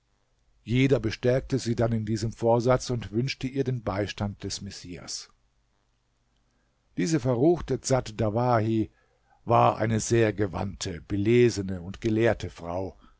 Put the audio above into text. jeder bestärkte sie dann in diesem vorsatz und wünschte ihr den beistand des messias diese verruchte dsat dawahi war eine sehr gewandte belesene und gelehrte frau